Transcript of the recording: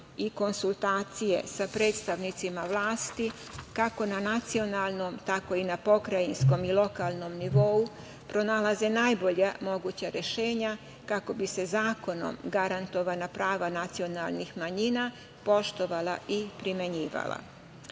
i konsultacije sa predstavnicima vlasti, kako na nacionalnom tako i na pokrajinskom i lokalnom nivou, pronalaze najbolja moguća rešenja kako bi se zakonom garantovana prava nacionalnih manjina poštovala i primenjivala. Kada